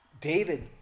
David